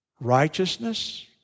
Righteousness